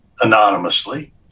anonymously